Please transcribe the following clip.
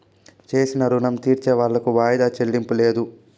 చేసిన రుణం తీర్సేవాళ్లకు వాయిదా చెల్లింపు లేదు